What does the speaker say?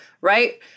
right